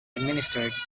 administered